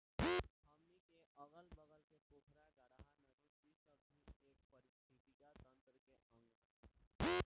हमनी के अगल बगल के पोखरा, गाड़हा, नदी इ सब भी ए पारिस्थिथितिकी तंत्र के अंग ह